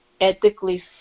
ethically